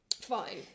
Fine